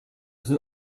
sind